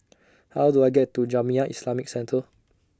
How Do I get to Jamiyah Islamic Centre